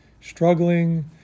Struggling